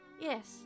Yes